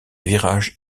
virage